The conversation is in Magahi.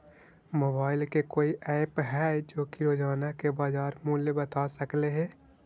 मोबाईल के कोइ एप है जो कि रोजाना के बाजार मुलय बता सकले हे?